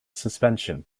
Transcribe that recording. suspension